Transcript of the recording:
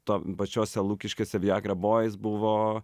to pačiose lukiškėse viagrą buvo jis buvo